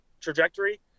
trajectory